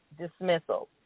dismissal